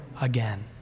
again